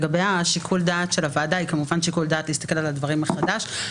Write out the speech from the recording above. שיקול הדעת של הוועדה הוא כמובן להסתכל על הדברים מחדש.